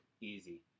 Easy